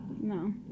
No